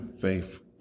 faith